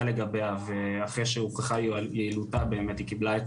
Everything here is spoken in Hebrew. לגביה ואחרי שהוכחה יעילותה היא קיבלה,